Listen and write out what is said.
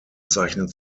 zeichnet